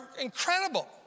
incredible